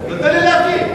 תן לי להבין.